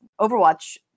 overwatch